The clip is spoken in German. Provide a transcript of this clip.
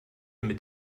mit